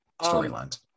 storylines